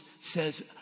says